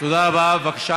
באים בבית הזה